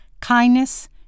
kindness